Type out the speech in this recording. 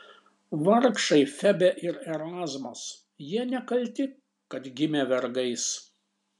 vargšai febė ir erazmas jie nekalti kad gimė vergais